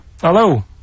Hello